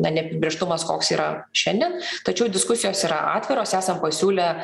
na neapibrėžtumas koks yra šiandien tačiau diskusijos yra atviros esam pasiūlę